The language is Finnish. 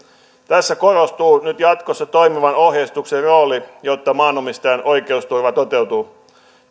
tässä korostuu nyt jatkossa toimivan ohjeistuksen rooli jotta maanomistajan oikeusturva toteutuu